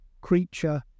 creature